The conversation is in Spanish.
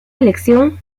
elección